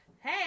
Hey